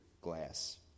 glass